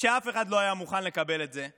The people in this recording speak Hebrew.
שאף אחד לא היה מוכן לקבל את זה,